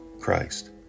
Christ